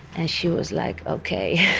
and she was like, okay,